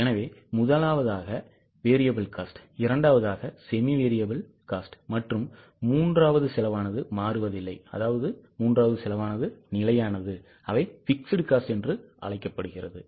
எனவே முதலாவதாக VC இரண்டாவதாக semi variable மற்றும் மூன்றாவது செலவானது மாறுவதில்லை அவை அனைத்தும் நிலையானது அவை fixed cost என்று அழைக்கப்படுகிறது